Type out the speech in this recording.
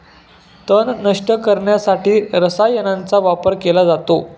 तण नष्ट करण्यासाठी रसायनांचा वापर केला जातो